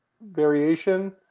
variation